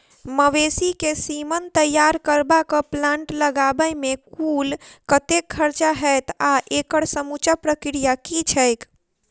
मवेसी केँ सीमन तैयार करबाक प्लांट लगाबै मे कुल कतेक खर्चा हएत आ एकड़ समूचा प्रक्रिया की छैक?